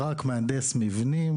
אלא רק מהנדס מבנים